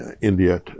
india